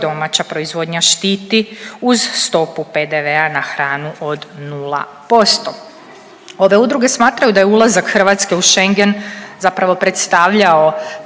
domaća proizvodnja štiti uz stopu PDV-a na hranu od 0%. Ove udruge smatraju da je ulazak Hrvatske u Schengen zapravo predstavljao